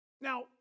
Now